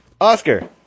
Oscar